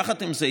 יחד עם זה,